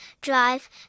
drive